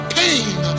pain